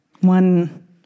one